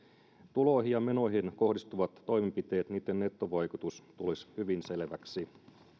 tuloihin ja menoihin kohdistuvien toimenpiteitten nettovaikutus tulisi hyvin selväksi